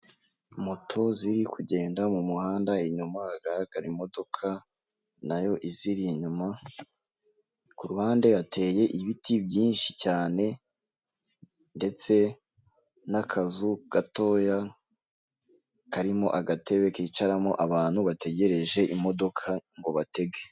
Moto ziri kugenda mu muhanda inyuma hagaragara imodoka nayo iziri inyuma, ku ruhande hateye ibiti byinshi cyane ndetse n'akazu gatoya karimo agatebe kicaramo abantu bategereje imodoka ngo batege.